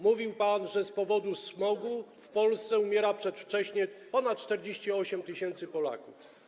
Mówił pan, że z powodu smogu w Polsce umiera przedwcześnie ponad 48 tys. Polaków.